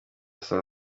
saa